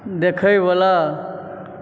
देखैवला